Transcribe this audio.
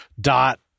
dot